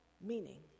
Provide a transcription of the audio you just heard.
meaning